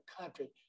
country